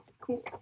Cool